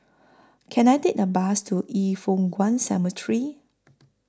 Can I Take A Bus to Yin Foh Kuan Cemetery